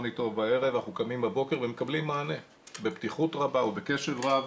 איתו בערב אנחנו קמים בבוקר ומקבלים מענה בפתיחות רבה ובקשב רב.